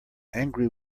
angry